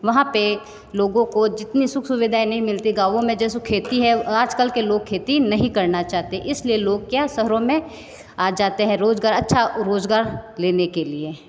वहाँ पे लोगों को जितनी सुख सुविधाएं नहीं मिलती गाँवो में जैसे खेती है आजकल के लोग खेती नहीं करना चाहते इसलिए लोग क्या शहरों में आ जाते हैं रोज़गार अच्छा रोज़गार लेने के लिए